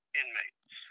inmates